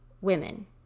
women